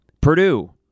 Purdue